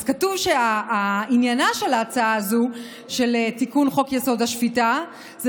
אז כתוב שעניינה של ההצעה הזאת לתיקון חוק-יסוד: השפיטה הוא